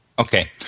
Okay